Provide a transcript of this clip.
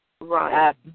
Right